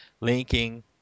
linking